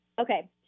Okay